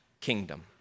kingdom